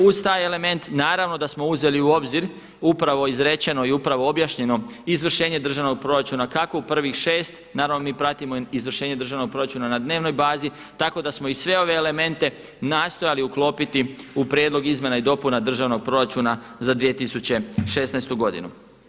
Uz taj element naravno da smo uzeli u obzir upravo izrečeno i upravo objašnjeno izvršenje državnog proračuna kako u prvih 6, naravno mi pratimo izvršenje državnog proračuna na dnevnoj bazi tako da smo i sve ove elemente nastojali uklopiti u prijedlog Izmjena i dopuna Državnog proračuna za 2016. godinu.